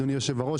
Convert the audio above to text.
אדוני היושב-ראש,